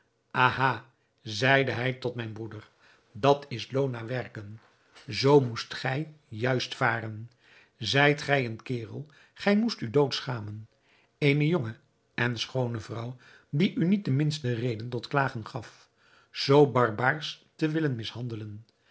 zeide hij tot mijn broeder dat is loon naar werken zoo moest gij juist varen zijt gij een kerel gij moest u dood schamen eene jonge en schoone vrouw die u niet de minste reden tot klagen gaf zoo barbaarsch te willen mishandelen